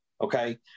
Okay